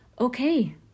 okay